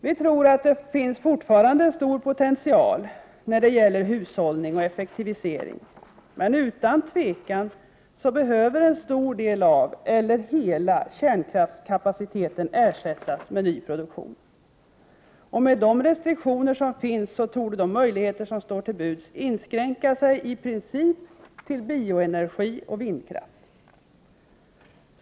Vi tror att det fortfarande finns en stor potential när det gäller hushållning och effektivisering. Men utan tvivel behöver en stor del av, eller hela kärnkraftskapaciteten, ersättas med en ny produktion. Med de restriktioner som finns torde de möjligheter som står till buds i princip inskränka sig till bioenergi och vindkraft.